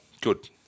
Good